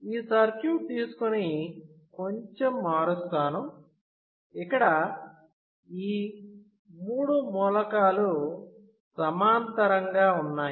ఈ సర్క్యూట్ తీసుకొని కొంచెం మారుస్తాను ఇక్కడ ఈ మూడు మూలకాలు సమాంతరంగా ఉన్నాయి